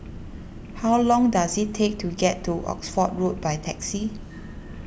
how long does it take to get to Oxford Road by taxi